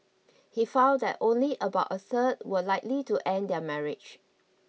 he found that only about a third were likely to end their marriage